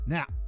Now